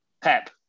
Pep